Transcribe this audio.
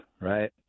right